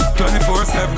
24-7